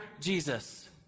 Jesus